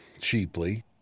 cheaply